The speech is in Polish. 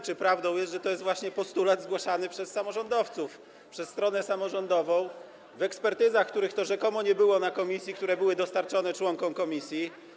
Czy prawdą jest, że to jest właśnie postulat zgłaszany przez samorządowców, przez stronę samorządową w ekspertyzach, których rzekomo nie było w komisji, a które były dostarczone członkom komisji?